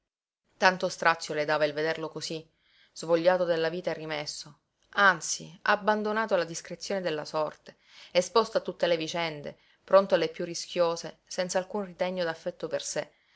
tanto strazio le dava il vederlo cosí svogliato della vita e rimesso anzi abbandonato alla discrezione della sorte esposto a tutte le vicende pronto alle piú rischiose senz'alcun ritegno d'affetto per sé